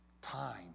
time